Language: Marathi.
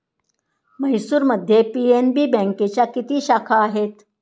म्हैसूरमध्ये पी.एन.बी बँकेच्या किती शाखा आहेत?